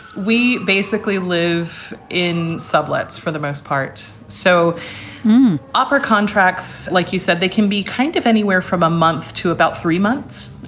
we basically live in sublets for the most part. so upper contracts, like you said, they can be kind of anywhere from a month to about three months.